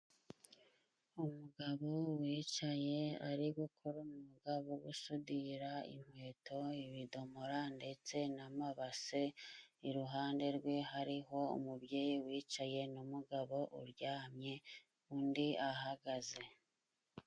Umugabo wicaye ari gukora umwuga go gusudira inkweto, ibidomora ndetse n'amabase. Iruhande rwe hariho umubyeyi wicaye, n'umugabo uryamye, undi ahagaze.